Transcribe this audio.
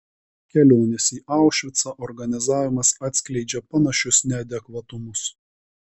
kelionės į aušvicą organizavimas atskleidžia panašius neadekvatumus